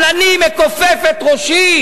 אבל אני מכופף את ראשי.